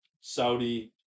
Saudi